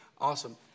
Awesome